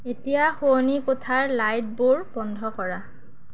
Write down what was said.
এতিয়া শোৱনি কোঠাৰ লাইটবোৰ বন্ধ কৰা